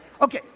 Okay